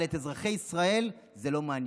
אבל את אזרחי ישראל זה לא מעניין.